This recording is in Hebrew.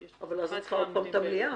אבל יש פה --- אבל אז יש לך עוד פעם את המליאה,